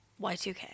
Y2K